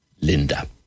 Linda